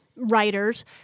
Writers